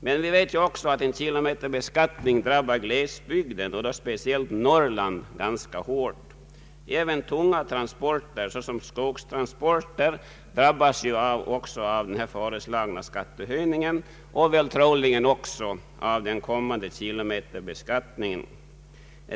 Men vi vet ju också att en kilometerbeskattning drabbar glesbygden, speciellt Norrland, ganska hårt. Även tunga transporter, såsom skogstransporter, drabbas av den föreslagna skattehöjningen och troligen också av den kommande kilometerbeskattningen.